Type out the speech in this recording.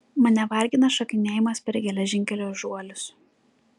mane vargina šokinėjimas per geležinkelio žuolius